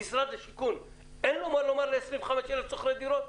למשרד השיכון אין מה לומר ל-25,000 שוכרי דירות?